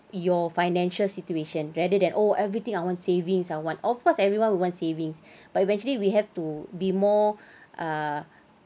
your financial situation rather than oh everything I want savings I want of course everyone would want savings but eventually we have to be more uh